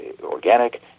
organic